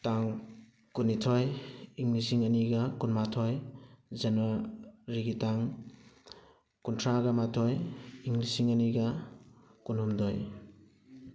ꯇꯥꯡ ꯀꯨꯟꯅꯤꯊꯣꯏ ꯏꯪ ꯂꯤꯁꯤꯡ ꯑꯅꯤꯒ ꯀꯨꯟꯃꯥꯊꯣꯏ ꯖꯅꯋꯥꯔꯤꯒꯤ ꯇꯥꯡ ꯀꯨꯟꯊ꯭꯭ꯔꯥꯒ ꯃꯥꯊꯣꯏ ꯏꯪ ꯂꯤꯁꯤꯡ ꯑꯅꯤꯒ ꯀꯨꯟꯍꯨꯝꯗꯣꯏ